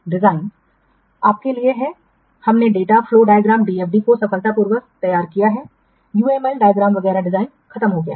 design आपके लिए है हमने डेटा फ्लो डायग्राम को सफलतापूर्वक तैयार किया है यूएमएल डायग्राम वगैरह डिजाइन खत्म हो गया है